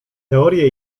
teorie